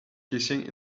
kissing